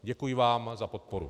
Děkuji vám za podporu.